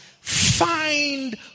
find